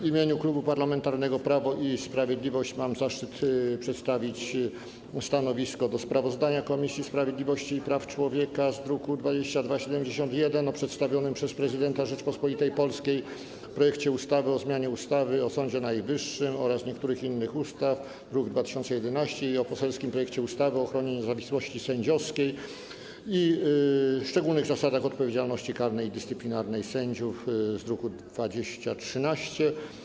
W imieniu Klubu Parlamentarnego Prawo i Sprawiedliwość mam zaszczyt przedstawić stanowisko co do sprawozdania Komisji Sprawiedliwości i Praw Człowieka z druku nr 2271 o przedstawionym przez prezydenta Rzeczypospolitej Polskiej projekcie ustawy o zmianie ustawy o Sądzie Najwyższym oraz niektórych innych ustaw, druk 2011, i o poselskim projekcie ustawy o ochronie niezawisłości sędziowskiej i szczególnych zasadach odpowiedzialności karnej i dyscyplinarnej sędziów z druku nr 2013.